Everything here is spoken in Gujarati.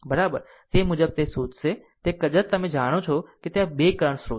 તે મુજબ તે શોધશે તે કદાચ તમે જાણો છો કે ત્યાં 2 કરંટ સ્રોત છે